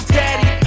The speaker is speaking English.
daddy